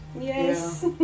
Yes